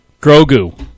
Grogu